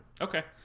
Okay